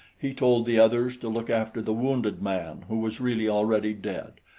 he told the others to look after the wounded man, who was really already dead,